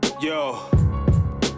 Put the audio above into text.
Yo